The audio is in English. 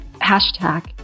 hashtag